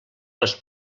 les